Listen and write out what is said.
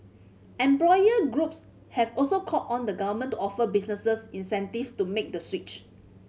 employer groups have also called on the Government to offer businesses incentive to make the switch